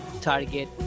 target